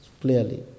clearly